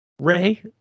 Ray